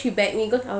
she beg me